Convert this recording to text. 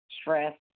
stress